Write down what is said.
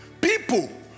people